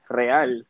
real